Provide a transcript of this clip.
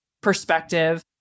perspective